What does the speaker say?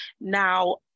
now